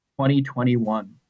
2021